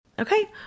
Okay